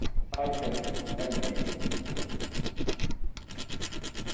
अच्छा जी मेह्रबानी जी